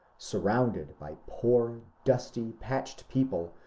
surrounded by poor, dusty, patched people,